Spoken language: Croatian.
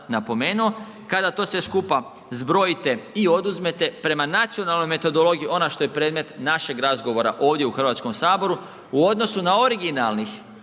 napomenuo. Kada to sve skupa zbrojite i oduzmete prema nacionalnoj metodologiji ona što je predmet našeg razgovora ovdje u Hrvatskom saboru u odnosu na originalnih